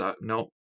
no